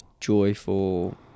joyful